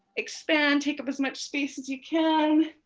expand, take up as much space as you can.